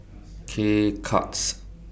K Cuts